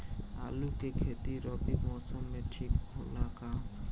आलू के खेती रबी मौसम में ठीक होला का?